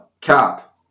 Cap